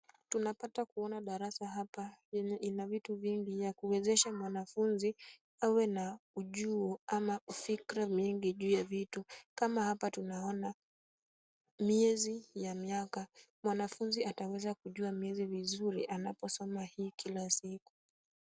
Tunapata kuona darasa hapa lenye ina vitu vingi vya kuwesha mwanafunzi awe na ujuo ama fikra mingi juu ya vitu. Kama hapa tunaona miezi ya miaka. Mwanafunzi ataweza kujua miezi vizuri anaposoma hii kila siku.